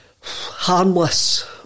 harmless